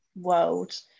world